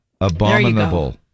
Abominable